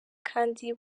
kandi